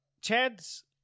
Chad's